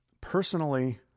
personally